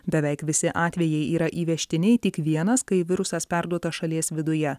beveik visi atvejai yra įvežtiniai tik vienas kai virusas perduotas šalies viduje